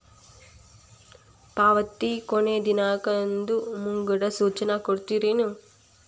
ಪಾವತಿ ಕೊನೆ ದಿನಾಂಕದ್ದು ಮುಂಗಡ ಸೂಚನಾ ಕೊಡ್ತೇರೇನು?